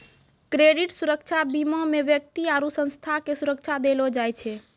credit सुरक्षा बीमा मे व्यक्ति आरु संस्था के सुरक्षा देलो जाय छै